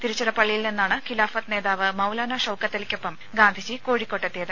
തിരുച്ചിറപള്ളിയിൽ നിന്നാണ് ഖിലാഫത്ത് നേതാവ് മൌലാനാ ഷൌക്കത്തലിക്കൊപ്പം ഗാന്ധിജി കോഴിക്കോട്ടെത്തിയത്